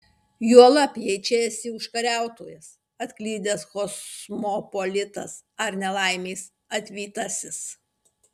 juolab jei čia esi užkariautojas atklydęs kosmopolitas ar nelaimės atvytasis